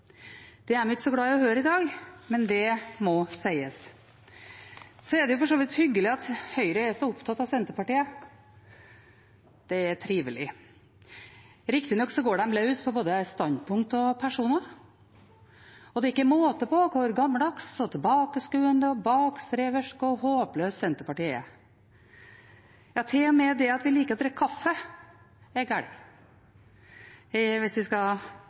Det er de ikke så glad i å høre i dag, men det må sies. Så er det for så vidt hyggelig at Høyre er så opptatt av Senterpartiet. Det er trivelig. Riktignok går de løs på både standpunkt og personer, og det er ikke måte på hvor gammeldagse, tilbakeskuende, bakstreverske og håpløse Senterpartiet er. Ja, til og med det at vi liker å drikke kaffe, er gæli, hvis vi skal